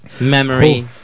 Memory